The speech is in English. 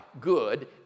good